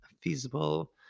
feasible